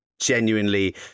genuinely